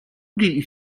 did